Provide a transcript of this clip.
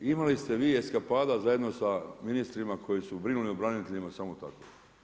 Imali ste vi eskapada zajedno sa ministrima koji su brinuli o braniteljima samo tako.